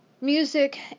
music